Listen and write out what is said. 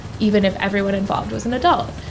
even if everyone involved was an adult.